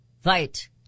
fight